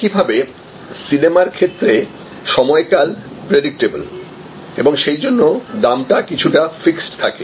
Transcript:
একইভাবে সিনেমার ক্ষেত্রে সময়কাল প্রেডিক্টেবল এবং সেইজন্য দামটি সাধারণত ফিক্সড থাকে